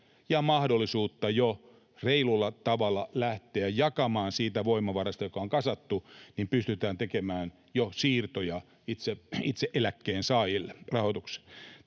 ja mahdollisuutta jo reilulla tavalla lähteä jakamaan — siitä voimavarasta, joka on kasattu, pystytään tekemään jo siirtoja itse eläkkeensaajille rahoitukseen.